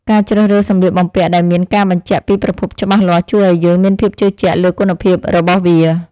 ការជ្រើសរើសសម្លៀកបំពាក់ដែលមានការបញ្ជាក់ពីប្រភពច្បាស់លាស់ ជួយឱ្យយើងមានភាពជឿជាក់លើគុណភាពរបស់វា។